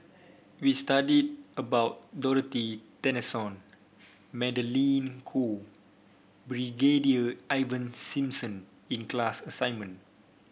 we studied about Dorothy Tessensohn Magdalene Khoo Brigadier Ivan Simson in class assignment